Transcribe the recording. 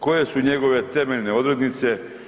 Koje su njegove temeljne odrednice?